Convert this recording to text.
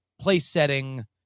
place-setting